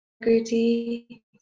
integrity